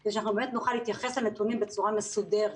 כדי שבאמת נוכל להתייחס לנתונים בצורה מסודרת